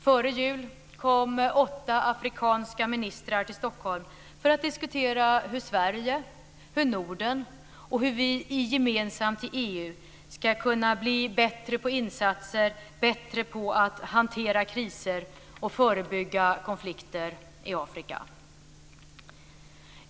Före jul kom åtta afrikanska ministrar till Stockholm för att diskutera hur Sverige, Norden och vi gemensamt i EU ska kunna bli bättre på insatser, bättre på att hantera kriser och förebygga konflikter i Afrika.